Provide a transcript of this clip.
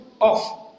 off